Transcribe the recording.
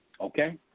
Okay